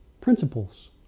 principles